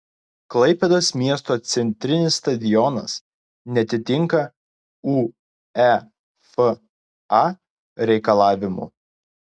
klaipėdos miesto centrinis stadionas neatitinka uefa reikalavimų